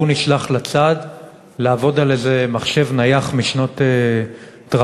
והוא נשלח לצד לעבוד על איזה מחשב נייח משנת תרפפו,